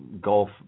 golf